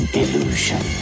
illusion